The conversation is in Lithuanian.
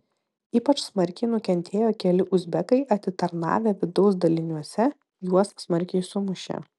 ypač smarkiai nukentėjo keli uzbekai atitarnavę vidaus daliniuose juos smarkiai sumušė